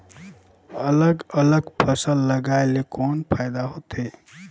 अलग अलग फसल लगाय ले कौन फायदा होथे?